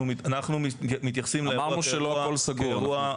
אמרנו שלא הכול סגור.